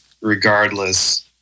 regardless